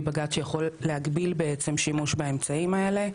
ובלי בג"ץ שיכול להגביל בעצם שימוש באמצעים האלה.